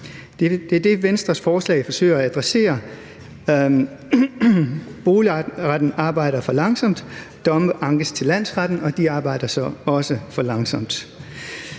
Det er det, Venstres forslag forsøger at adressere. Boligretten arbejder for langsomt, domme ankes til landsretten, og de arbejder så også for langsomt.